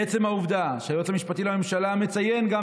עצם העובדה שהיועץ המשפטי לממשלה מציין גם